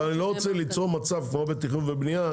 אבל אני לא רוצה ליצור מצב כמו בתכנון ובנייה,